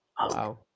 Wow